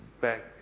back